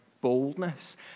boldness